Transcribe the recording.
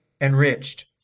enriched